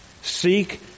Seek